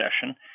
session